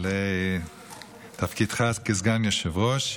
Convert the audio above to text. על תפקידך כסגן יושב-ראש.